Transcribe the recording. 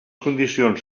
condicions